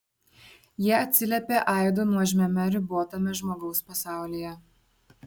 jie atsiliepia aidu nuožmiame ribotame žmogaus pasaulyje